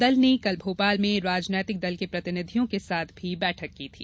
दल ने कल भोपाल में राजनैतिक दलों के प्रतिनिधियों के साथ भी बैठक की थी